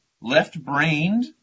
left-brained